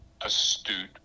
astute